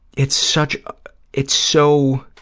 it's such, it's so,